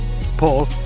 Paul